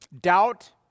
Doubt